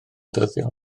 ddyddiol